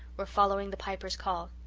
were following the piper's call.